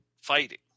fighting